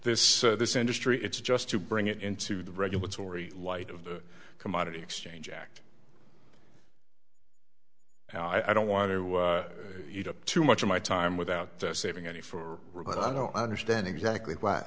this this industry it's just to bring it into the regulatory light of the commodity exchange act and i don't want to eat up too much of my time without saving any for i don't understand exactly wh